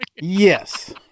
Yes